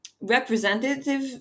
representative